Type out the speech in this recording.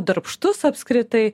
darbštus apskritai